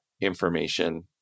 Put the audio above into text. information